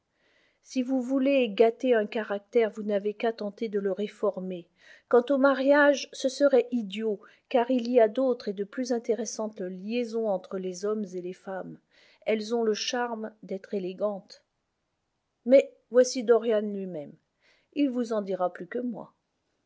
si vous voulez gâter un caractère vous n'avez qu'à tenter de le réformer quant au mariage ce serait idiot car il y a d'autres et de plus intéressantes liaisons entre les hommes et les femmes elles ont le charme d'être élégantes mais voici dorian lui-même il vous en dira plus que moi